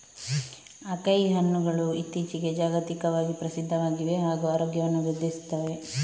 acai ಹಣ್ಣುಗಳು ಇತ್ತೀಚಿಗೆ ಜಾಗತಿಕವಾಗಿ ಪ್ರಸಿದ್ಧವಾಗಿವೆ ಹಾಗೂ ಆರೋಗ್ಯವನ್ನು ವೃದ್ಧಿಸುತ್ತವೆ